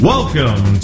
Welcome